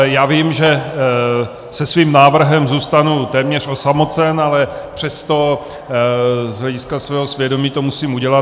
Já vím, že se svým návrhem zůstanu téměř osamocen, ale přesto z hlediska svého svědomí to musím udělat.